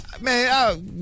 Man